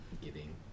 giving